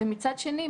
ומצד שני,